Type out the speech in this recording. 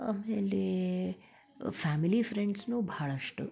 ಆಮೇಲೆ ಫ್ಯಾಮಿಲಿ ಫ್ರೆಂಡ್ಸೂ ಬಹಳಷ್ಟು